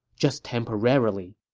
just temporarily.